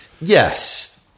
Yes